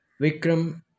Vikram